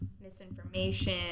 misinformation